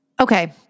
Okay